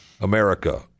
America